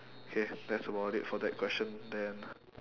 okay that's about it for that question then